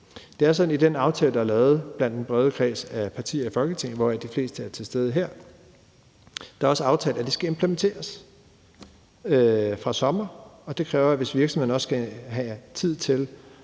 Det er sådan i den aftale, der er lavet blandt en bred kreds af partier i Folketinget, hvoraf de fleste er til stede her, at det også er aftalt, at det skal implementeres fra sommer. Det kræver, at hvis virksomhederne også skal have tid til